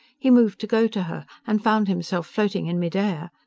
he moved to go to her, and found himself floating in midair.